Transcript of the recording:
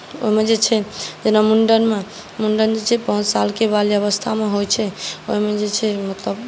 ओहिमे जे छै जेना मुण्डनमे मुण्डन जे छै पाँच सालकेँ बाल्यावस्थामे होइ छै ओहिमे जे छै मतलब